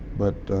but